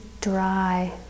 dry